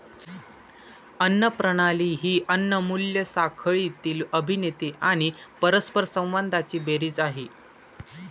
अन्न प्रणाली ही अन्न मूल्य साखळीतील अभिनेते आणि परस्परसंवादांची बेरीज आहे